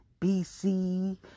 BC